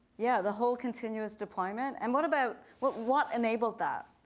yeah, the whole continuous deployment. and what about what what enabled that?